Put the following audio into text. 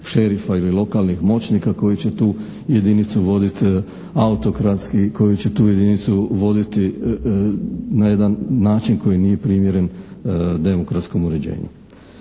šerifa ili lokalnih moćnika koji će tu jedinicu vodit autokratski, koji će tu jedinicu voditi na jedan način koji nije primjeren demokratskom uređenju.